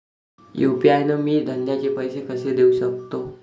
UPI न मी धंद्याचे पैसे कसे देऊ सकतो?